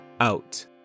out